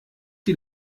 die